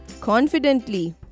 confidently